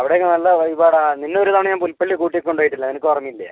അവിടെയൊക്കെ നല്ല വൈബാടാ നിന്നെ ഒരു തവണ ഞാൻ പുൽപ്പള്ളി കൂട്ടി കൊണ്ട് പോയിട്ടില്ലേ നിനക്ക് ഓർമ്മയില്ലേ